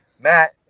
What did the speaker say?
matt